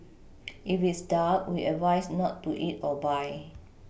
if it's dark we advise not to eat or buy